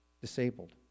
disabled